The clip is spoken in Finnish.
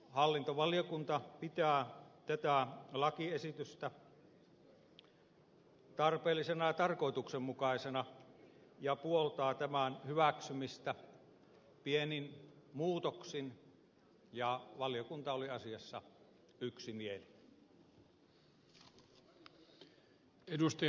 hallintovaliokunta pitää tätä lakiesitystä tarpeellisena ja tarkoituksenmukaisena ja puoltaa tämän hyväksymistä pienin muutoksin ja valiokunta oli asiassa yksimielinen